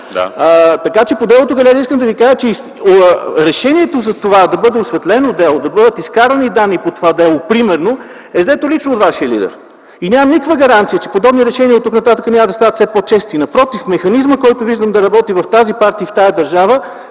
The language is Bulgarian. Така че по делото „Галерия” искам да ви кажа, че решението за това да бъде осветлено делото, да бъдат изкарани данни по това дело, примерно, е взето лично от вашия лидер. И нямам никаква гаранция, че подобни решения оттук нататък няма да стават все по чести. Напротив. Механизмът, който виждам да работи в тази партия и в тази държава,